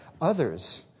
others